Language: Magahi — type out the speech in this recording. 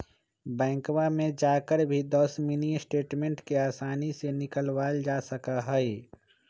बैंकवा में जाकर भी दस मिनी स्टेटमेंट के आसानी से निकलवावल जा सका हई